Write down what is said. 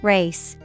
Race